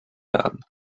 werden